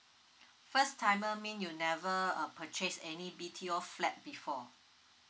first timer mean you never uh purchase any B_T_O flat before